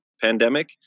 pandemic